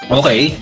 okay